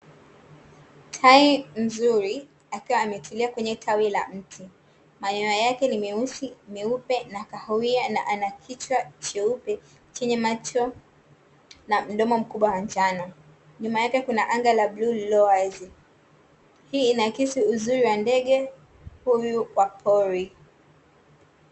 Tai mzuri akiwa ametulia kwenye tawi la mti. Manyoya yake ni meusi, meupe na kahawia na ana kichwa cheupe chenye macho na mdomo mkubwa wa njano. Nyuma yake kuna anga la bluu lililo wazi. Hii inaakisi uzuri wa ndege huyu wa pori.